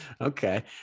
Okay